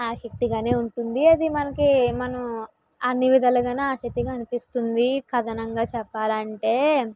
ఆశక్తిగా ఉంటుంది అది మనకు మనం అన్ని విధాలుగాను ఆశక్తిగా అనిపిస్తుంది కథనంగా చెప్పాలి అంటే